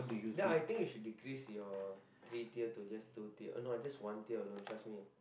then I think you should decrease your three tier to just two tier or no just one tier trust me